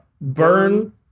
burn